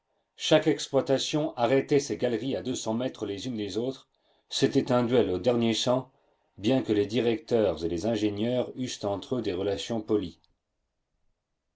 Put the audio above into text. chaque exploitation arrêtait ses galeries à deux cents mètres les unes des autres c'était un duel au dernier sang bien que les directeurs et les ingénieurs eussent entre eux des relations polies